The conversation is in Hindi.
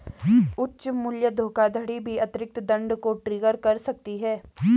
उच्च मूल्य धोखाधड़ी भी अतिरिक्त दंड को ट्रिगर कर सकती है